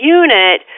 unit